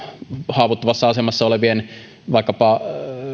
haavoittuvassa asemassa olevien vaikkapa